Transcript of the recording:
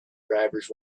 drivers